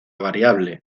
variable